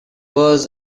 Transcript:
was